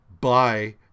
Bye